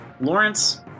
Lawrence